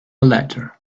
letter